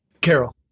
Carol